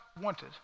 wanted